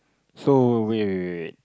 so wait wait wait wait